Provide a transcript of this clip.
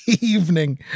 evening